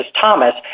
Thomas